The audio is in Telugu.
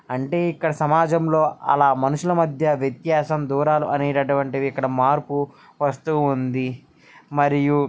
అంటే ఇక్కడ సమాజంలో అలా మనుషుల మధ్య వ్యత్యాసం దూరాలు అనేటటువంటివి ఇక్కడ మార్పు వస్తూ ఉంది మరియు